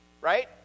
right